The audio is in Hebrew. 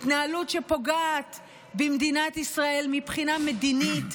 התנהלות שפוגעת במדינת ישראל מבחינה מדינית,